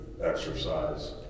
exercise